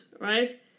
right